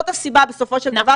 זאת הסיבה בסופו של דבר,